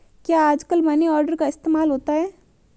क्या आजकल money order का इस्तेमाल होता है?